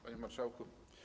Panie Marszałku!